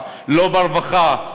לא ברווחה,